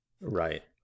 Right